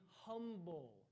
humble